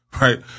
right